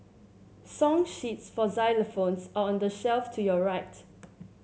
song sheets for xylophones are on the shelf to your right